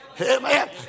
Amen